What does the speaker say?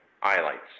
highlights